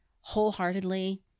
wholeheartedly